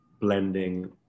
blending